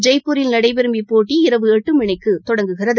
ஜெய்பூரில் நடைபெறும் இப்போட்டி இரவு எட்டுமணிக்குதொடங்குகிறது